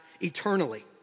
eternally